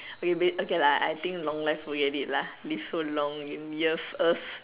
you ba~ okay lah I think long life forget it lah live so long you in years years